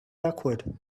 awkward